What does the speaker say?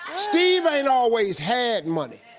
steve ain't always had money.